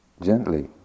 gently